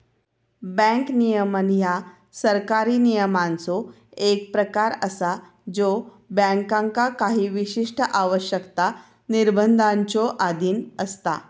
bank नियमन ह्या सरकारी नियमांचो एक प्रकार असा ज्यो बँकांका काही विशिष्ट आवश्यकता, निर्बंधांच्यो अधीन असता